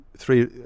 three